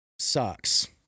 Sucks